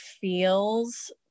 feels